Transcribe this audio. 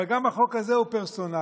אבל גם החוק הזה הוא פרסונלי.